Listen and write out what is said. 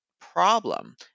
problem